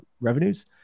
revenues